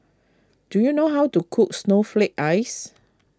do you know how to cook Snowflake Ice